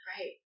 Right